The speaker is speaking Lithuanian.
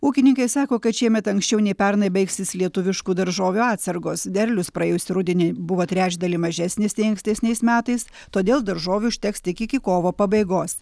ūkininkė sako kad šiemet anksčiau nei pernai baigsis lietuviškų daržovių atsargos derlius praėjusį rudenį buvo trečdaliu mažesnis nei ankstesniais metais todėl daržovių užteks iki kovo pabaigos